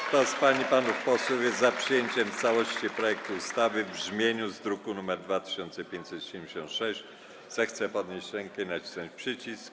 Kto z pań i panów posłów jest za przyjęciem w całości projektu ustawy w brzmieniu z druku nr 2576, zechce podnieść rękę i nacisnąć przycisk.